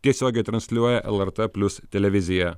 tiesiogiai transliuoja lrt plius televizija